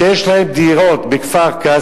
שיש להם דירות בכפר-קאסם,